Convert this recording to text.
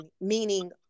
meaning